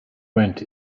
went